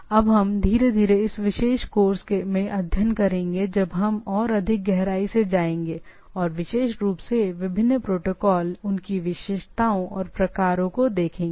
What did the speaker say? कि हम धीरे धीरे इस विशेष कोर्स में अध्ययन करेंगे जब हम चीजों में और अधिक गहराई से जाएंगे और विशेष रूप से विभिन्न प्रोटोकॉल उनकी विशेषताओं और प्रकारों को देखेंगे